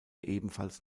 ebenfalls